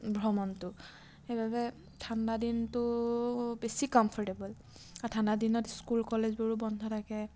ভ্ৰমণটো সেইবাবে ঠাণ্ডাদিনটো বেছি কমফৰ্টেৱল আৰু ঠাণ্ডাদিনত স্কুল কলেজবোৰো বন্ধ থাকে